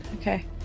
Okay